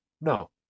No